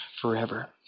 forever